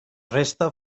resta